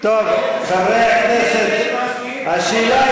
חבר הכנסת באסל גטאס.